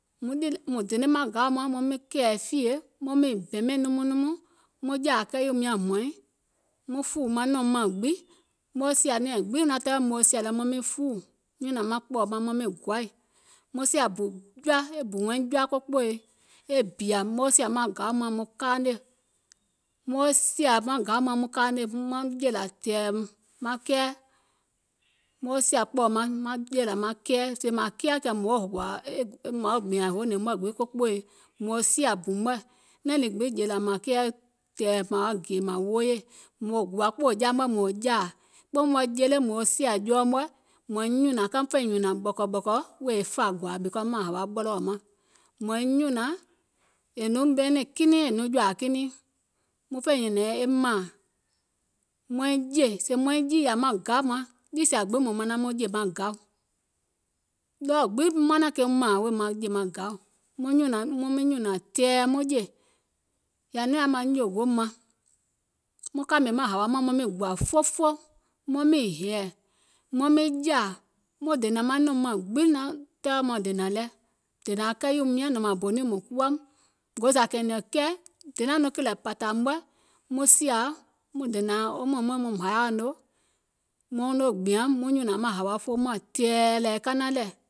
Mùŋ dene maŋ gaù maŋ maŋ miŋ kɛ̀ɛ̀fìyè, maŋ miŋ ɓɛmɛ̀ŋ nɔmɔŋ nɔmɔŋ, maŋ jȧȧ kɛìyìum nyȧŋ hmɔ̀ɔ̀iŋ, muŋ fùùwù nɛ̀um mȧŋ gbiŋ, muŋ sìȧ nɛ̀ɛŋ gbiŋ muŋ manaŋ muŋ sìȧ lɛ maŋ miŋ fɔɔwù maŋ nyùnȧŋ maŋ kpɔ̀ɔ̀ maŋ maŋ miŋ gɔaì, muŋ sìȧ bù jɔa, bù wɛiŋ jɔa ko kpoòi, e bìȧ muŋ sìȧ maŋ gaù maŋ muŋ kaanè maŋ jèlȧ tɛ̀ɛ̀ maŋ kɛɛ, muŋ sìȧ kpɔ̀ɔ̀ maŋ muŋ jèlȧ maŋ kɛɛ, sèè mȧŋ kɛɛ̀ kɛ̀ mȧuŋ gbìȧŋ hoònɛ̀ŋ mɔ̀ɛ̀ gbiŋ ko kpoòi, mɔ̀ɔŋ sìȧ bù mɔ̀ɛ̀, nɛ̀ŋ lii gbiŋ jèlȧ mȧŋ kɛɛ kɛ̀ mȧaŋ gè mȧŋ wooyè, mùŋ gùȧ kpòò ja mɔ̀ɛ̀ mȧaŋ jȧȧ, kpoo mɔ̀ɛ̀ jele mɔ̀ɔ sìȧ jɔɔ mɔ̀ɛ̀ mȧiŋ nyùnȧŋ kɛɛ fèiŋ nyùnȧŋ ɓɔ̀kɔ̀ ɓɔ̀kɔ̀ wèè e fȧ gòȧ because maŋ hȧwa ɓɔlɔ̀ɔ̀ maŋ, mȧiŋ nyùnȧŋ è nɔŋ ɓɛɛnɛ̀ŋ kinɛiŋ è nɔŋ jɔ̀ȧȧ kinɛiŋ, muŋ fè nyɛ̀nɛ̀ŋ e mȧȧŋ, maiŋ jè, sèè maiŋ jììyȧ maŋ gaù maŋ, niì sìȧ gbiŋ mùŋ manaŋ muŋ jè maŋ gaù, ɗɔɔ gbiŋ manȧŋ keum mȧȧŋ wèè maŋ jè maŋ gaù, muŋ miŋ nyùnȧŋ tɛ̀ɛ̀ muŋ jè, yɛ̀ì nɔŋ yaȧ maŋ nyòògoò maŋ, muŋ kȧmè maŋ hȧwa mȧŋ muŋ miŋ gùȧ fofo muŋ miŋ hɛ̀ɛ̀, maŋ miŋ jȧȧ muŋ dènȧŋ maŋ nɛ̀um mȧŋ gbiŋ, yèɛ naŋ tɛɛwɛ̀ maŋ dènȧŋ lɛ, maŋ dènȧŋ kɛìyìum nyȧŋ nɔ̀ŋ mȧȧŋ bonìŋ mùŋ kuwa, mùŋ go zȧ kɛ̀ɛ̀nɛ̀ŋ kɛì, denȧŋ nɔŋ kìlɛ̀ pȧtȧ mɔ̀ɛ̀ muŋ sìȧa, muŋ dènȧŋ wo mɔ̀ìŋ mɔìŋ muŋ haȧuŋ noo, muuŋ noo gbìȧŋ muŋ nyùnȧŋ maŋ hȧwa fooum mȧŋ tɛ̀ɛ̀ kanaŋ lɛ̀,